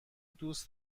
دوست